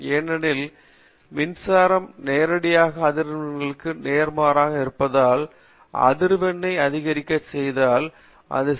ஏனனில் மின்சாரம் நேரடியாக அதிர்வெண்களுக்கு நேர்மாறாக இருப்பதால் அதிர்வெண்ணை அதிகரிக்கச் செய்தால் அது சி